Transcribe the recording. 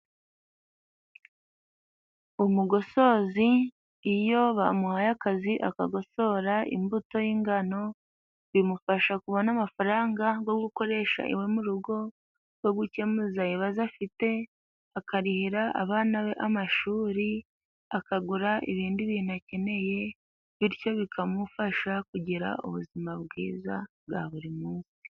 Umugosozi iyo bamuhaye akazi akagosora imbuto y'ingano, bimufasha kubona amafaranga gwo gukoresha iwe mu rugo, gwo gukemuza ibibazo afite, akarihira abana be amashuri, akagura ibindi bintu akeneye bityo bikamufasha kugira ubuzima bwiza bwa buri munsi.